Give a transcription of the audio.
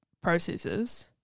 processes